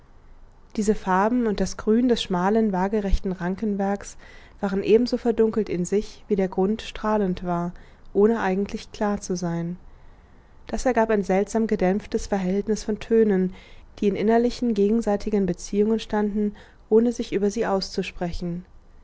diese farben und das grün des schmalen waagerechten rankenwerks waren ebenso verdunkelt in sich wie der grund strahlend war ohne eigentlich klar zu sein das ergab ein seltsam gedämpftes verhältnis von tönen die in innerlichen gegenseitigen beziehungen standen ohne sich über sie auszusprechen